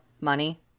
money